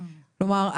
כלומר,